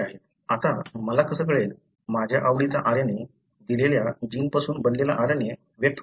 आता मला कसे कळेल माझ्या आवडीचा RNA दिलेल्या जीनपासून बनलेला RNA व्यक्त होत आहे की नाही